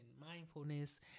mindfulness